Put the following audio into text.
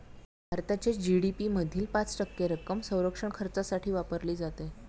भारताच्या जी.डी.पी मधील पाच टक्के रक्कम संरक्षण खर्चासाठी वापरली जाते